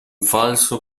falso